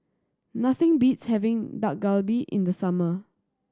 nothing beats having Dak Galbi in the summer